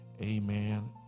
Amen